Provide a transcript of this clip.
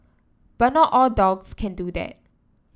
but not all dogs can do that